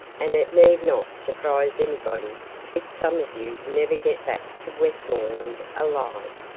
and it need not surprise anybody if some of you never get back to westmoreland alive.